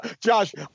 Josh